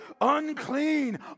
unclean